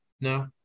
no